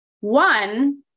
One